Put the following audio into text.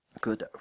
good